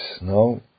no